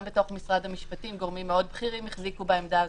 גם במשרד המשפטים גורמים מאוד בכירים החזיקו בעמדה הזאת,